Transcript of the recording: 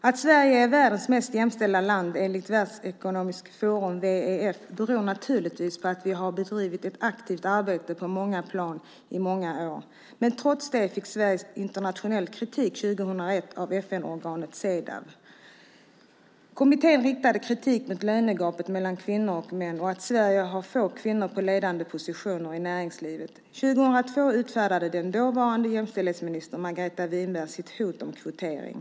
Att Sverige är världens mest jämställda land enligt Världsekonomiskt forum beror naturligtvis på att vi bedrivit ett aktivt arbete på många plan och i många år. Trots det fick Sverige 2001 internationell kritik av FN-organet Cedaw. Kommittén riktade kritik mot lönegapet mellan kvinnor och män samt mot att Sverige har få kvinnor på ledande positioner i näringslivet. År 2002 utfärdade den dåvarande jämställdhetsministern Margareta Winberg sitt hot om kvotering.